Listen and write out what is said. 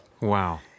Wow